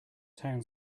town